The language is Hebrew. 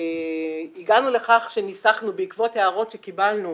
הגענו לכך שניסחנו בעקבות הערות שקיבלנו